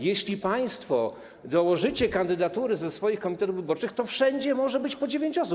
Jeśli państwo dołożycie kandydatury ze swoich komitetów wyborczych, to wszędzie może być po 9 osób.